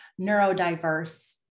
neurodiverse